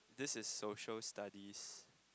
this is social studies